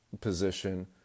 position